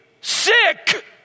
sick